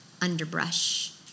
underbrush